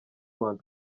mount